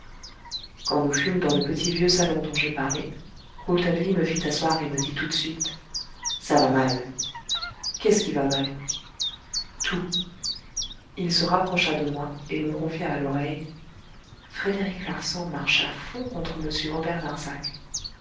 quand nous fûmes dans le petit vieux salon dont j'ai parlé rouletabille me fit asseoir et me dit tout de suite ça va mal qu'est-ce qui va mal tout il se rapprocha de moi et me confia à l'oreille frédéric larsan marche à fond contre m robert darzac